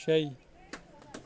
شَے